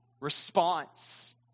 response